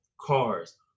cars